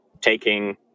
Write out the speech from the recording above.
taking